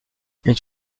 une